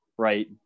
right